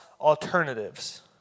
alternatives